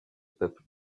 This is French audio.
peuple